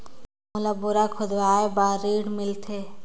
मोला बोरा खोदवाय बार ऋण मिलथे?